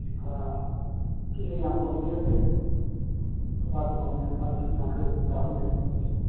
ꯁꯤꯖꯨ ꯌꯥꯝ ꯐꯕꯗꯤ ꯅꯠꯇꯦ ꯁꯣꯐꯥꯗ ꯃꯃꯟ ꯂꯨꯄꯥ ꯂꯤꯁꯤꯡ ꯌꯥꯡꯈꯩ ꯍꯨꯝꯐꯨ ꯇꯥꯕ ꯂꯩ ꯑꯗꯨꯏꯁꯨ